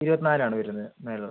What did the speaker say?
ഇരുപത്നാല് ആണ് വരുന്നത് മെറൂൺ